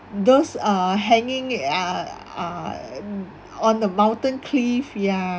those uh hanging uh uh on the mountain cliffs ya